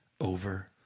over